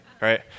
right